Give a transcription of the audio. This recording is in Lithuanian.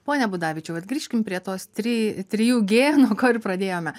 pone budavičiau vat grįžkim prie tos tri trijų g nuo ko ir pradėjome